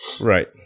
Right